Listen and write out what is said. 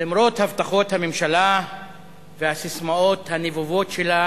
למרות הבטחות הממשלה והססמאות הנבובות שלה